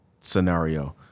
scenario